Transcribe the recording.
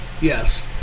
Yes